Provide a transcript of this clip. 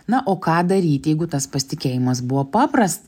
na o ką daryt jeigu tas pasitikėjimas buvo papras